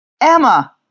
Emma